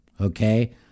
okay